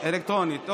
אלקטרונית.